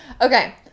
okay